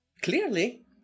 clearly